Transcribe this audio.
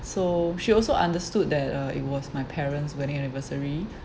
so she also understood that uh it was my parents' wedding anniversary